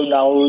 now